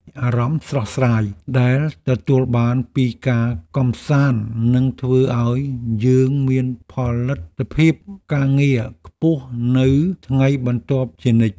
អារម្មណ៍ស្រស់ស្រាយដែលទទួលបានពីការកម្សាន្តនឹងធ្វើឱ្យយើងមានផលិតភាពការងារខ្ពស់នៅថ្ងៃបន្ទាប់ជានិច្ច។